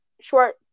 short